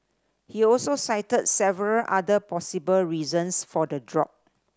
he also cited several other possible reasons for the drop